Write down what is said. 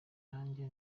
najye